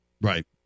Right